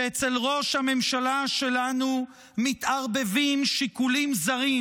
שאצל ראש הממשלה שלנו מתערבבים שיקולים זרים